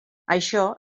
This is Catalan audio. això